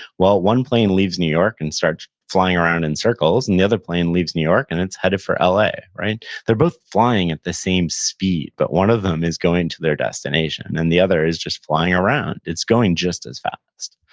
well, one plane leaves new york and starts flying in circles and the other plane leaves new york and it's headed for la. they're both flying at the same speed, but one of them is going to their destination, and the other is just flying around. it's going just as fast.